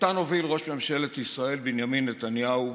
שהוביל ראש ממשלת ישראל בנימין נתניהו,